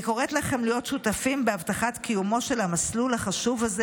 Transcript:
אני קוראת לכם להיות שותפים בהבטחת קיומו של המסלול החשוב הזה,